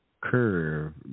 curve